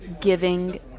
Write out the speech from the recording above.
giving